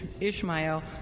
Ishmael